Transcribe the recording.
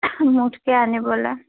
মুঠকে আনিবলৈ